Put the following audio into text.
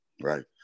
right